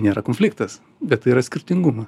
nėra konfliktas bet tai yra skirtingumas